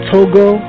Togo